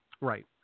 Right